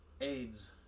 aids